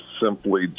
simply